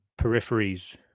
peripheries